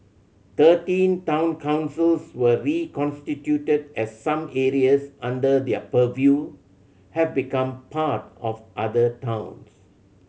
thirteen town councils were reconstituted as some areas under their purview have become part of other towns